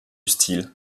style